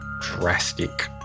drastic